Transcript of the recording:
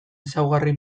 ezaugarri